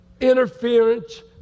interference